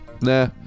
nah